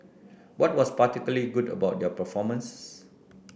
what was particularly good about their performances